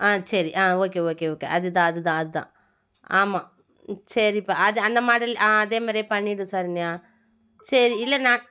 ஆ சரி ஆ okay okay okay அதுதான் அதுதான் அதுதான் ஆமாம் சரி இப்போ அது அந்த மாடல் அதே மாதிரியே பண்ணிடு சரண்யா சரி இல்லை நான்